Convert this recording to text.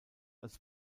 als